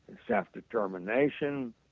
self-determination